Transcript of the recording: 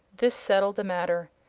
this settled the matter.